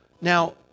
Now